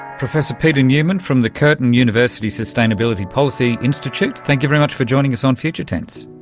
professor peter newman, from the curtin university sustainability policy institute, thank you very much for joining us on future tense.